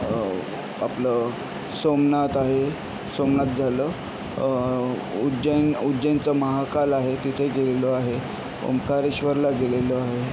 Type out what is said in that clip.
आपलं सोमनाथ आहे सोमनाथ झालं उज्जैन उज्जैनचा महाकाल आहे तिथे गेलेलो आहे ओंकारेश्वरला गेलेलो आहे